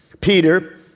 Peter